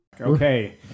Okay